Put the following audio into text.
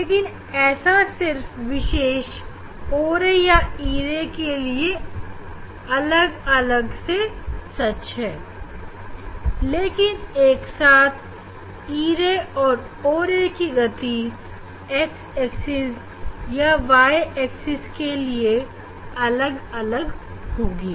लेकिन ऐसा सिर्फ एक विशेष o ray या e ray के लिए अलग से सच है लेकिन एक साथ o ray और e ray की गति x axis या y axis के लिए अलग अलग होगी